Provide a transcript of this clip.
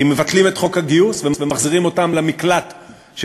כי מבטלים את חוק הגיוס ומחזירים אותם למקלט של